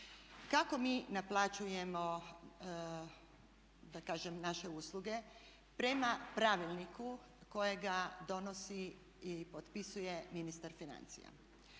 Kako mi naplaćujemo da kažem naše usluge? Prema pravilniku kojega donosi i potpisuje ministar financija.